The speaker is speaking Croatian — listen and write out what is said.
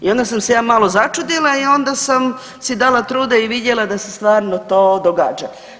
I onda sam se ja malo začudila i onda sam si dala truda i vidjela da se stvarno to događa.